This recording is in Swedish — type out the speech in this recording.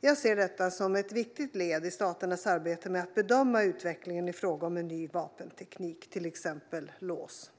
Jag ser detta som ett viktigt led i staternas arbete med att bedöma utvecklingen i fråga om ny vapenteknik, till exempel LAWS.